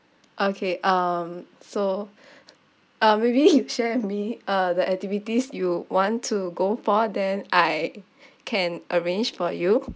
okay um so uh maybe you share with me uh the activities you want to go for then I can arrange for you